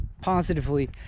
positively